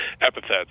epithets